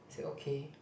I said okay